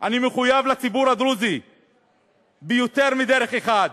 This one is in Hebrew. לציבור הדרוזי ביותר מדרך אחת.